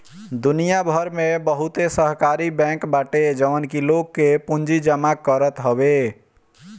दुनिया भर में बहुते सहकारी बैंक बाटे जवन की लोग के पूंजी जमा करत हवे